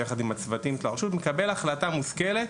ויחד עם הצוותים של הרשות מקבל החלטה מושכלת,